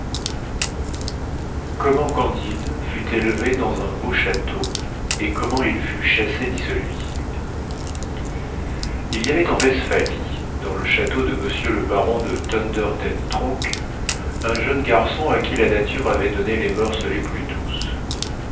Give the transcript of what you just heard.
comment candide fut élevé dans un beau château et comment il fut chassé d'icelui il y avait en vestphalie dans le château de m le baron de thunder ten tronckh un jeune garçon à qui la nature avait donné les moeurs les plus douces